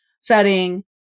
setting